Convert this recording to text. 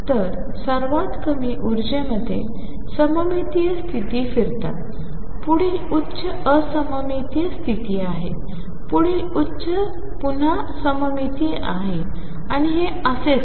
तर सर्वात कमी ऊर्जेमध्ये सममितीय स्थिती फिरतात पुढील उच्च असममितीय स्थिती आहे पुढील उच्च पुन्हा सममितीय आहे आणि हे असेच